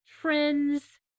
trends